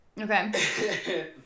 okay